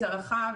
זה רחב,